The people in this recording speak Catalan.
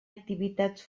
activitats